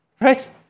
Right